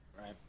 Right